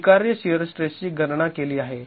तर स्वीकार्य शिअर स्ट्रेसची गणना केली आहे